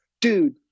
dude